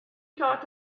thought